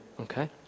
okay